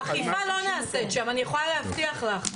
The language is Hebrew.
האכיפה לא נעשית שם, אני יכולה להבטיח לך.